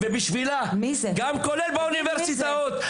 זה גם מה שקורה באוניברסיטאות,